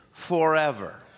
forever